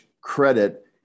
credit